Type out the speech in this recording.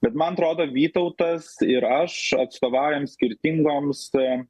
bet man atrodo vytautas ir aš atstovaujam skirtingoms a